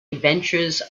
adventures